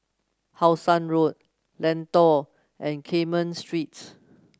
How Sun Road Lentor and Carmen Street